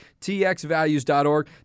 txvalues.org